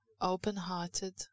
open-hearted